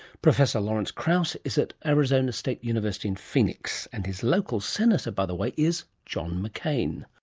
professor lawrence krauss is at arizona state university in phoenix, and his local senator, by the way, is john mccain